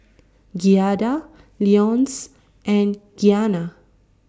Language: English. Giada Leonce and Gianna